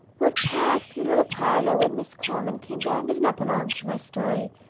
what passed in the little parlour when miss coleman came down does not belong to my story,